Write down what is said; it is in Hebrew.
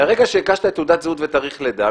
מהרגע שהקשת תעודת זהות ותאריך לידה,